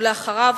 ואחריו,